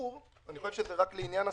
אני חושב שזה רק לעניין השגה.